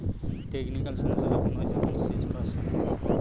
technical সমস্যা যখন হয়, যেমন সেচ করার সময়